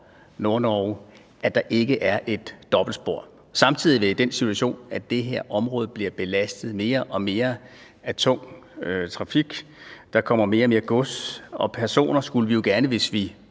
Nordnorge, hvor der ikke er et dobbeltspor. Samtidig er vi i den situation, at det her område bliver belastet mere og mere af tung trafik; der kommer mere og mere gods, og hvis vi vil leve op til